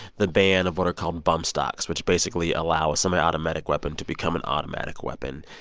the ban of what are called bump stocks, which basically allow a semiautomatic weapon to become an automatic weapon.